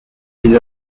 les